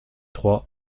trois